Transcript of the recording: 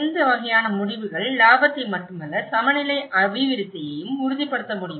இந்த வகையான முடிவுகள் இலாபத்தை மட்டுமல்ல சமநிலை அபிவிருத்தியையும் உறுதிப்படுத்த முடியும்